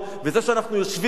וזה שאנחנו יושבים כאן,